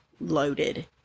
loaded